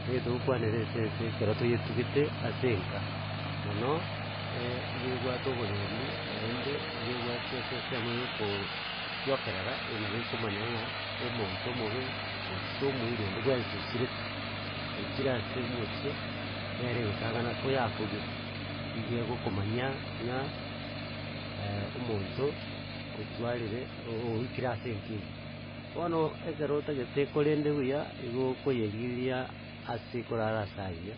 Ntagete gokwanera esese ekero toyetugete ase enka, mono iga ebwate oborendi naende iga ebwate ase ensemo ya oko kotiokerera. e nabo ekomanya ng'a omonto omobe gose omoiri onde bwensi osirete, ochire ase omochie nere egotang'ana koyakogire igo egokomanya ng'a omonto, otwarire ooikire ase enka eywo. Bono, ekero otagete ekorende buya igo okoyerigeria ase ekorara ase agiya